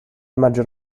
maggior